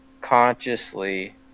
Consciously